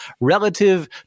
relative